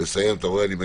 לסיים גם